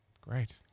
Great